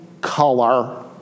color